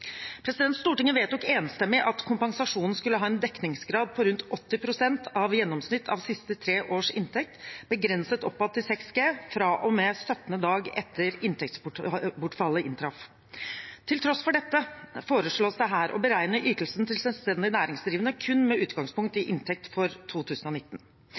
Stortinget vedtok enstemmig at kompensasjonen skulle ha en dekningsgrad på rundt 80 pst. av gjennomsnitt av siste tre års inntekt begrenset oppad til 6G fra og med 17. dag etter at inntektsbortfallet inntraff. Til tross for dette foreslås det her å beregne ytelsen til selvstendig næringsdrivende kun med utgangspunkt i inntekt for 2019.